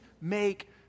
make